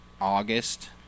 august